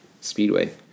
speedway